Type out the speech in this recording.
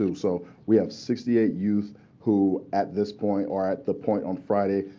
so so we have sixty eight youth who, at this point, or at the point on friday,